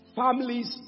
families